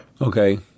Okay